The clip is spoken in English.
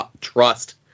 trust